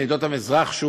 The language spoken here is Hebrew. מעדות המזרח,